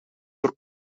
door